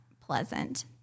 pleasant